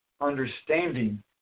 understanding